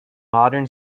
modern